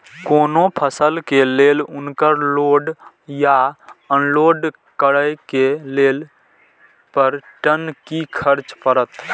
कोनो फसल के लेल उनकर लोड या अनलोड करे के लेल पर टन कि खर्च परत?